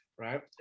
Right